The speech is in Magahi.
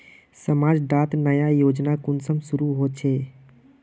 समाज डात नया योजना कुंसम शुरू होछै?